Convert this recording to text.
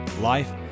life